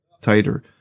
tighter